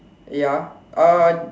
ya uh